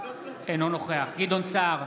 אינו נוכח אוסאמה סעדי, אינו נוכח גדעון סער,